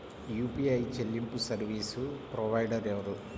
UPI చెల్లింపు service provider ఎవరు?